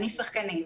אני שחקנית.